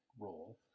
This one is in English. role